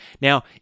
Now